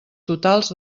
totals